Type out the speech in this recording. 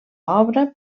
obra